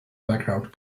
background